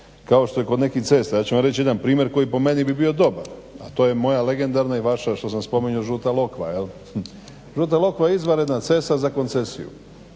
kao što je kod nekih cesta. Ja ću vam reći jedan primjer koji po meni bi bio dobar, a to je moja legendarna i vaša što sam spominjao žuta lokva, jel. Žuta lokva je izvanredna cesta za koncesiju.